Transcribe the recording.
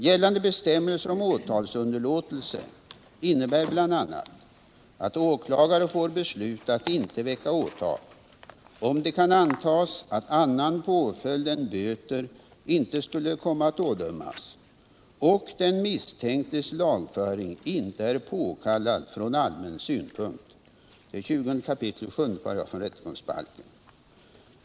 Gällande bestämmelser om åtalsunderlåtelse innebär bl.a. att åklagare får besluta att inte väcka åtal, om det kan antas att annan påföljd än böter inte skulle komma att ådömas och den misstänktes lagföring inte är påkallad från allmän synpunkt .